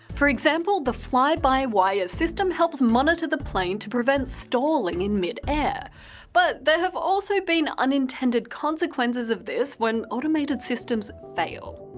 for example, the fly-by-wire system helps monitor the plane to prevent stalling in mid-air. but, there have also been unintended consequences of this when automated systems fail.